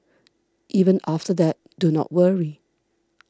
even after that do not worry